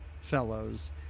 fellows